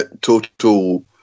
total